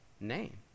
name